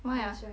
why ah